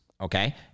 okay